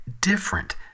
different